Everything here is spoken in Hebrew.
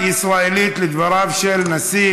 בנושא: תגובה ישראלית על דבריו של נשיא